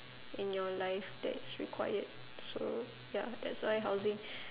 in your life that's required so ya that's why housing